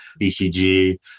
BCG